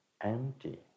empty